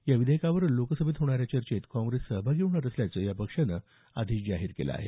या विधेयकावर लोकसभेत होणाऱ्या चर्चेत काँग्रेस सहभागी होणार असल्याचं या पक्षानं आधीच जाहीर केलं आहे